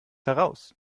heraus